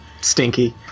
Stinky